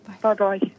Bye-bye